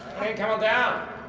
hey, come down,